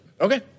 Okay